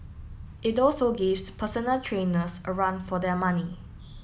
it also gives personal trainers a run for their money